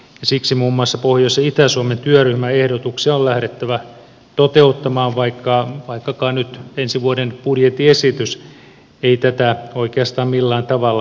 siksi muun muassa pohjois ja itä suomen työryhmäehdotuksia on lähdettävä toteuttamaan vaikkakaan nyt ensi vuoden budjettiesitys ei tätä oikeastaan millään tavalla huomioi